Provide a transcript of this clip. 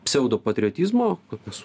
pseudopatriotizmo kokius